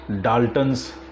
Dalton's